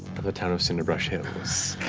of the town of cinderbrush hills.